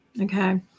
Okay